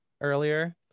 earlier